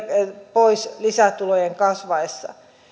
pois lisätulojen kasvaessa